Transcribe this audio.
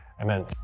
amen